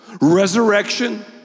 resurrection